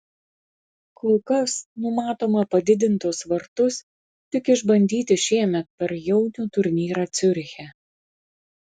kol kas numatoma padidintus vartus tik išbandyti šiemet per jaunių turnyrą ciuriche